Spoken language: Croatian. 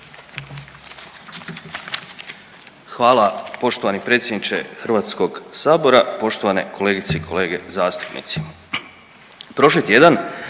vam poštovani potpredsjedniče Hrvatskoga sabora. Poštovane kolegice i kolege, dakle nakon